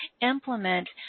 implement